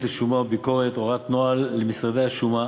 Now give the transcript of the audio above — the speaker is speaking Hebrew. לשומה וביקורת הוראת נוהל למשרדי השומה